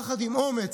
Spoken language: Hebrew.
יחד עם אומץ,